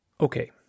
Okay